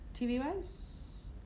TV-wise